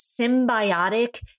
symbiotic